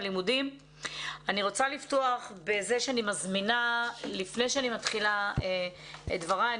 לפני שאני אתחיל את דבריי,